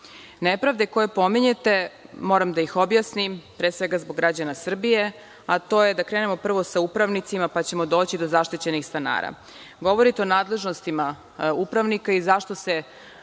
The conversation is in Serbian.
sadrži. Nepravde koje pominjete, moram da ih objasnim, pre svega zbog građana Srbije, a to je da krenemo prvo sa upravnicima pa ćemo doći do zaštićenih stanara. Govorite o nadležnostima upravnika i zašto se